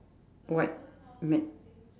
white mat